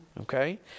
Okay